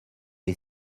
les